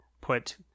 put